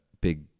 big